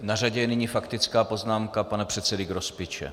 Na řadě je nyní faktická poznámka pana předsedy Grospiče.